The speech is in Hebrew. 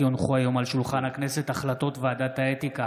כי הונחו היום על שולחן הכנסת החלטות ועדת האתיקה